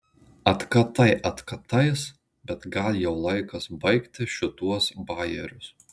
atkatai atkatais bet gal jau laikas baigti šituos bajerius